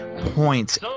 Points